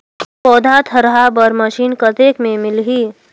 पौधा थरहा बर मशीन कतेक मे मिलही?